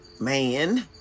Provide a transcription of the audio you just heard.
man